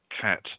cat